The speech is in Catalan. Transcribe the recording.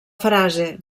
frase